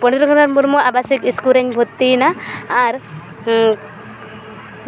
ᱯᱚᱱᱰᱤᱛ ᱨᱩᱜᱷᱩᱱᱟᱛᱷ ᱢᱩᱨᱢᱩ ᱟᱵᱟᱥᱤᱠ ᱤᱥᱠᱩᱞ ᱨᱤᱧ ᱵᱷᱚᱨᱛᱤᱭᱮᱱᱟ ᱟᱨ